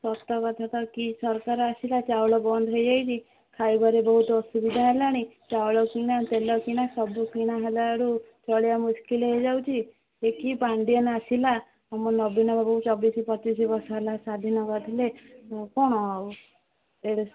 ଶସ୍ତା ବାଧ୍ୟତା କି ସରକାର ଆସିଲା ଚାଉଳ ବନ୍ଦ ହୋଇଯାଇଛିି ଖାଇବାରେ ବହୁତ ଅସୁବିଧା ହେଲାଣି ଚାଉଳ କିଣା ତେଲ କିଣା ସବୁ କିଣା ହେଲା ଆଡ଼ୁ ଚଳିବା ମୁଶକିଲ ହୋଇଯାଉଛି ସେ କି ପାଣ୍ଡିଆନ ଆସିଲା ଆମ ନବୀନ ବାବୁ ଚବିଶ ପଚିଶ ବର୍ଷ ହେଲା ସ୍ୱାଧିନ ଥିଲେ ଆଉ କ'ଣ ଆଉ